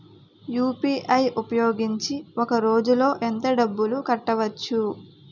UPI ఉపయోగించి ఒక రోజులో ఎంత డబ్బులు కట్టవచ్చు?